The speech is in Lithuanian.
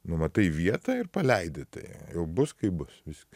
numatai vietą ir paleidi tai bus kaip bus viskas